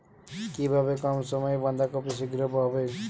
কিভাবে কম সময়ে বাঁধাকপি শিঘ্র বড় হবে?